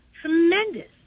tremendous